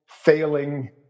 failing